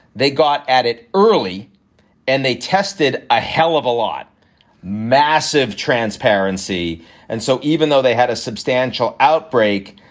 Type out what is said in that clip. they got at it early and they tested a hell of a lot massive transparency and so even though they had a substantial outbreak,